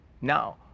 now